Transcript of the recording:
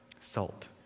salt